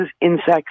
insects